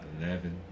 Eleven